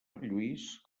lluís